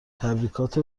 تبریکات